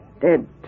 dead